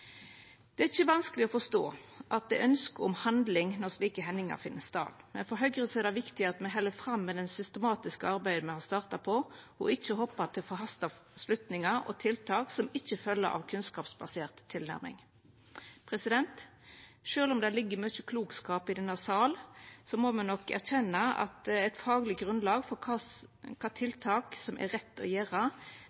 Det er ikkje vanskeleg å forstå at det er ønske om handling når slike hendingar finn stad, men for Høgre er det viktig at me held fram med det systematiske arbeidet me har starta på, og ikkje hoppar til forhasta slutningar og tiltak som ikkje følgjer av kunnskapsbasert tilnærming. Sjølv om det ligg mykje klokskap i denne salen, må me nok erkjenna at eit fagleg grunnlag for kva